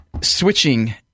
switching